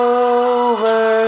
over